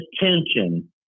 attention